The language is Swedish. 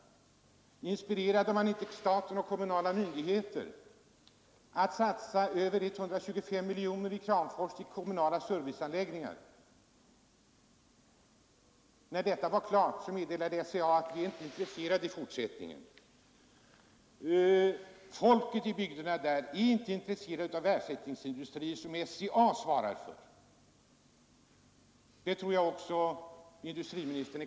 Inspirerade man inte staten och kommunala myndigheter att satsa över 125 miljoner kronor i Kramfors på kommunala serviceanläggningar? När detta var klart, meddelade SCA att företaget inte var intresserat i fortsättningen. Den pappersfabrik man lovat förlägga till Kramfors etablerades i mellersta Sverige. Folket i bygderna är inte intresserat av ersättningsindustrier som SCA svarar för, man vill ha statliga garantier.